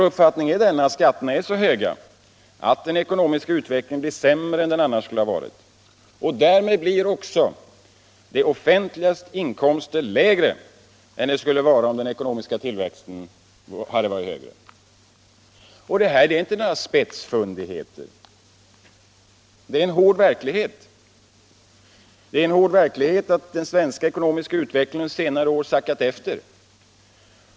Skatterna är, enligt vår uppfattning, så höga att den ekonomiska utvecklingen blir sämre än den annars skulle vara. Därmed blir också det offentligas inkomster lägre än de skulle vara om den ekonomiska tillväxten varit högre. Detta är inte några spetsfundigheter. Det är en hård verklighet att den svenska ekonomiska utvecklingen under senare år sackat efter.